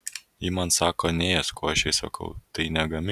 ji man sako neėsk o aš jai sakau tai negamink